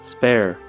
Spare